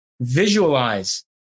Visualize